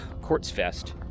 Quartzfest